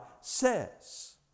says